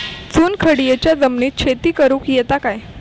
चुनखडीयेच्या जमिनीत शेती करुक येता काय?